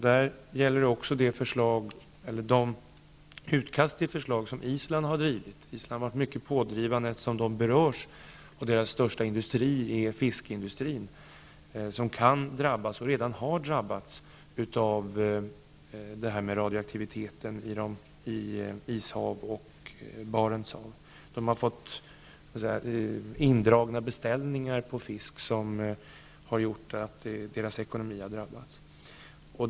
Där gäller också de utkast till förslag som Island har drivit. Island har varit mycket pådrivande, eftersom Island berörs. Landets största industri är fiskeindustrin, som kan och redan har drabbats av radioaktiviteten i Ishavet och Barents hav. Beställningar på fisk har dragits in, vilket har drabbat ekonomin.